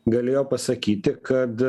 galėjo pasakyti kad